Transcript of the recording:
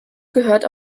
gehört